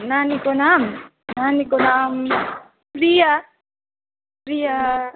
नानीको नाम नानीको नाम प्रिया प्रिया